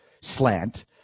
slant